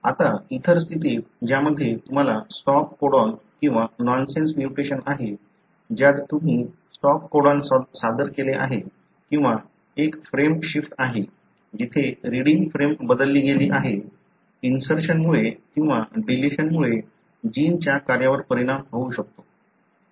आता इतर स्थितीत ज्यामध्ये तुम्हाला स्टॉप कोडॉन किंवा नॉनसेन्स म्युटेशन्स आहे ज्यात तुम्ही स्टॉप कोडॉन सादर केले आहे किंवा एक फ्रेमशिफ्ट आहे जिथे रिडींग फ्रेम बदलली गेली आहे इंसर्शनमुळे किंवा डिलिशनमुळे जिनच्या कार्यावर परिणाम होऊ शकतो